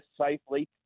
safely